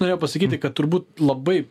norėjau pasakyti kad turbūt labai